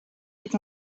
est